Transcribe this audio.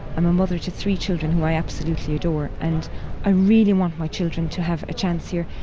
i'm a mother to three children who i absolutely adore. and i really want my children to have a chance here.